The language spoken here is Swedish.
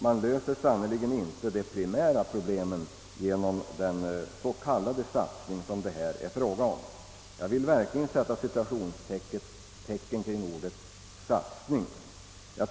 Man löser sannerligen inte de pri mära problemen genom denna s.k. satsning. Jag vill verkligen sätta citationstecken kring ordet »satsning».